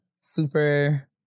super